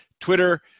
Twitter